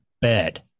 bed